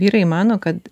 vyrai mano kad